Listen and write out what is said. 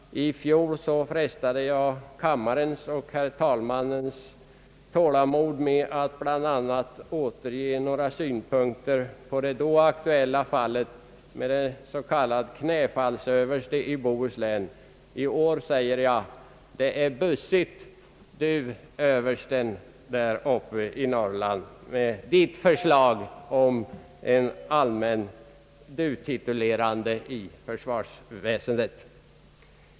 I fjol frestade jag kammarens och herr talmannens tålamod med att bl.a. återge några synpunkter på det då aktuella fallet med den s.k. knäfallsöversten i Bohuslän. I år säger jag: Det är bussigt, du överste där uppe i Norrland, med ditt förslag om en allmän du-reform i försvarsväsendet!